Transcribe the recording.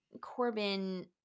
Corbin